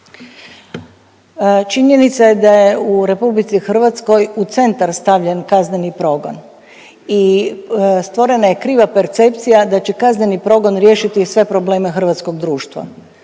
Činjenica je da je u RH u centar stavljen kazneni progon i stvorena je kriva percepcija da će kazneni progon riješiti sve probleme hrvatskog društva.